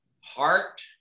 Heart